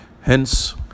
Hence